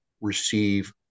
receive